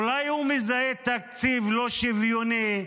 אולי הוא מזהה תקציב לא שוויוני?